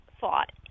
thought